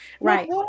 Right